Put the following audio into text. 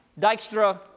Dijkstra